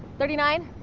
thirty nine.